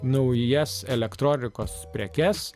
naujas elektronikos prekes